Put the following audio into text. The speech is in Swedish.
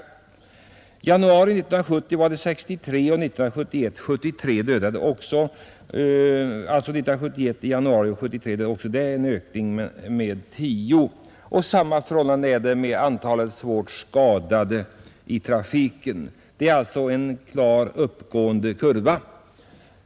I januari 1970 dödades 63 personer, och i januari 1971 var det 73 som dödades, en ökning med 10. Samma förhållande är det med antalet svårt skadade i trafiken. Det är alltså en klart uppåtgående kurva.